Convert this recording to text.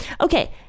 Okay